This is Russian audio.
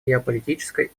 геополитической